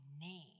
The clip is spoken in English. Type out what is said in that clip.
name